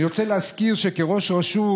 אני רוצה להזכיר שכראש רשות,